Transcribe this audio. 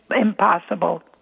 impossible